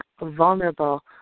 vulnerable